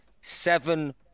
seven